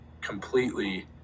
completely